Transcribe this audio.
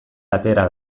atera